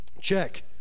check